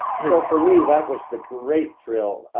so for me, that was the great thrill.